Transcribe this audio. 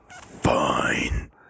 fine